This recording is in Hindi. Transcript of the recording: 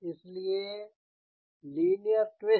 इसलिए लिनियर ट्विस्ट